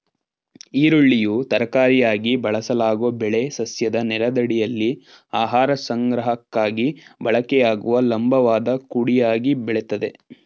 ಈರುಳ್ಳಿಯು ತರಕಾರಿಯಾಗಿ ಬಳಸಲಾಗೊ ಬೆಳೆ ಸಸ್ಯದ ನೆಲದಡಿಯಲ್ಲಿ ಆಹಾರ ಸಂಗ್ರಹಕ್ಕಾಗಿ ಬಳಕೆಯಾಗುವ ಲಂಬವಾದ ಕುಡಿಯಾಗಿ ಬೆಳಿತದೆ